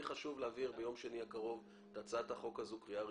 לי חשוב להעביר ביום שני הקרוב את הצעת החוק הזו בקריאה ראשונה.